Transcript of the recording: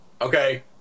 okay